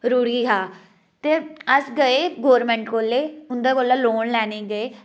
रुढ़ी आ हा ते अस गे गौरमेंट कोल उं'दे कोला लोन लैने गी गे